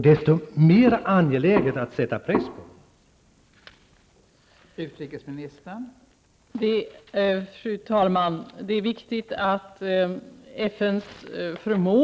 Desto mer angeläget då att sätta press på Marocko.